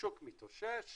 השוק מתאושש